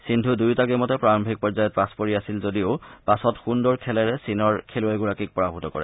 সিন্ধু দূয়োটা গেমতে প্ৰাৰম্ভিক পৰ্যায়ত পাছ পৰি আছিল যদিও পাছত সুন্দৰ খেলৰে চীনৰ খেলুবৈগৰাকীক পৰাভূত কৰে